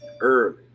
early